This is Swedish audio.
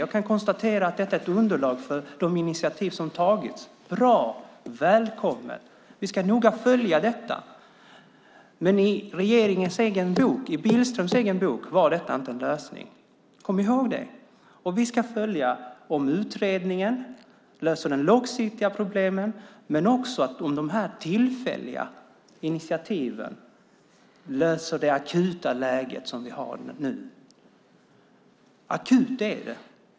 Jag kan konstatera att det är ett underlag för de initiativ som tagits - bra! Välkommen! Vi ska noga följa detta, men i regeringens och Billströms egen bok var detta inte en lösning. Kom ihåg det! Vi ska följa om utredningen löser problemen långsiktigt men också om de här tillfälliga initiativen löser det akuta läget som vi har nu. För akut är det.